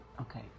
Okay